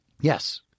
Yes